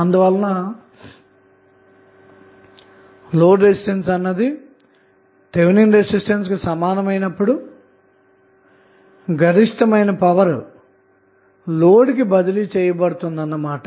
అందువలన load resistance అన్నది Thevenin resistance కు సమానమైనప్పుడు గరిష్టమైనా పవర్ అన్నది లోడ్కు బదిలీ చేయబడుతుందన్నమాట